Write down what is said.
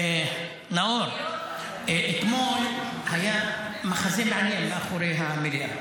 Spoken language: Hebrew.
נאור, אתמול היה מחזה מעניין מאחורי המליאה: